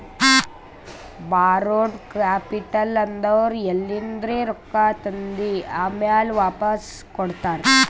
ಬಾರೋಡ್ capital ಅಂದುರ್ ಎಲಿಂದ್ರೆ ರೊಕ್ಕಾ ತಂದಿ ಆಮ್ಯಾಲ್ ವಾಪಾಸ್ ಕೊಡ್ತಾರ